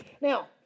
now